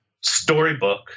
Storybook